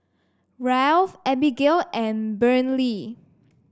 Ralph Abbigail and Brynlee